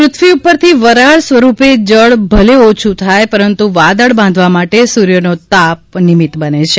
પૃથ્વી ઉપરથી વરાળ સ્વરૂપે જળ ભલે ઓછ થાય પરંતુ વાદળ બાંધવા માટે સૂર્યનો તાપ નિમિત બને છે